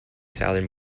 southern